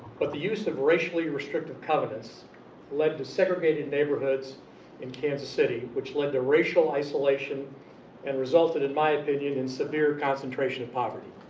but the use of racially restrictive covenants led to segregated neighborhoods in kansas city, which led to racial isolation and resulted in my opinion in severe concentration of poverty.